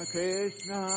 Krishna